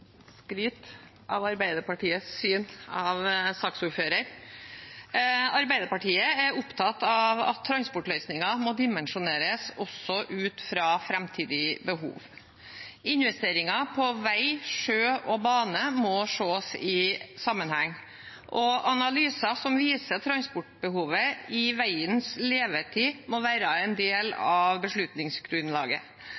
opptatt av at transportløsninger må dimensjoneres også ut fra framtidig behov. Investeringer på vei, sjø og bane må ses i sammenheng, analyser som viser transportbehovet i veiens levetid må være en del